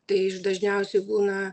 tai dažniausiai būna